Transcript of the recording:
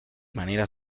manera